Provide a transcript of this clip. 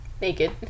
Naked